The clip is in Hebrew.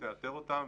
תאתר אותם.